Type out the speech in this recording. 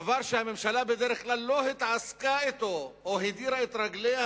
דבר שהממשלה בדרך כלל לא התעסקה אתו או הדירה את רגליה,